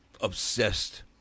obsessed